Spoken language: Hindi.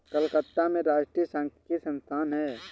कलकत्ता में राष्ट्रीय सांख्यिकी संस्थान है